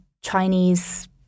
Chinese